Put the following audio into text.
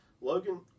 Logan